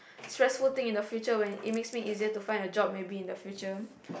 stressful thing in the future when it makes it easier to find a job maybe in the future